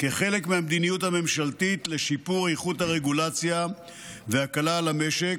כחלק מהמדיניות הממשלתית לשיפור איכות הרגולציה והקלה על המשק,